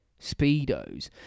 Speedos